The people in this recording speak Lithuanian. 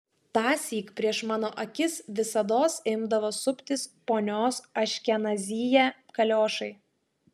tąsyk prieš mano akis visados imdavo suptis ponios aškenazyje kaliošai